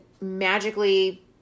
magically